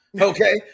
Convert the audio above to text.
Okay